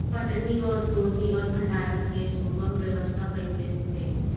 कटनी और दौनी और भंडारण के सुगम व्यवस्था कईसे होखे?